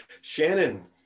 Shannon